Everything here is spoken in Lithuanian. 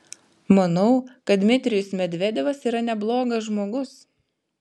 manau kad dmitrijus medvedevas yra neblogas žmogus